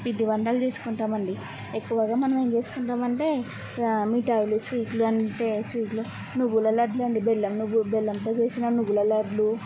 పిండి వంటలు చేసుకుంటామండి ఎక్కువగా మనమేం చేసుకుంటామంటే మిఠాయిలు స్వీట్లు అంటే స్వీట్లు నువ్వుల లడ్లు అండి బెల్లం నువ్వు బెల్లంతో చేసిన నువ్వుల లడ్లూ